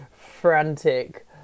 frantic